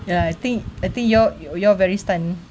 ya I think I think your your very stunned